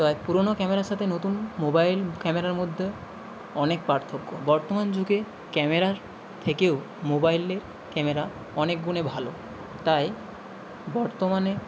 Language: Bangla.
তো এক পুরোনো ক্যামেরার সাথে নতুন মোবাইল ক্যামেরার মধ্যে অনেক পার্থক্য বর্তমান যুগে ক্যামেরার থেকেও মোবাইলে ক্যামেরা অনেক গুণে ভালো তাই বর্তমানে